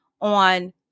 on